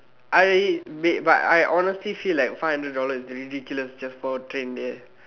I wait but I honestly feel like five hundred dollars is ridiculous just for a train there